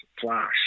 flash